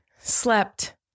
slept